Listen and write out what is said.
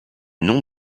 non